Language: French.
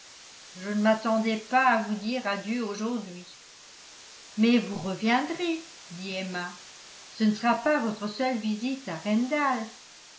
je ne m'attendais pas à vous dire adieu aujourd'hui mais vous reviendrez dit emma ce ne sera pas votre seule visite à